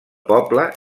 poble